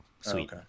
sweet